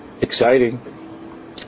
exciting